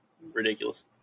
Ridiculous